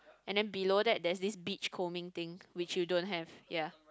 and then below that there is this beachcombing thing which you don't have ya